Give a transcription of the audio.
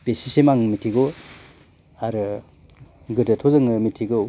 बेसेसिम आं मिथिगौ आरो गोदोथ' जोङो मिथिगौ